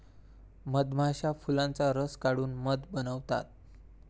मधमाश्या फुलांचा रस काढून मध बनवतात